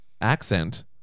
accent